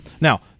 Now